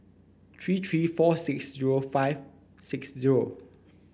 three three four six zero five six zero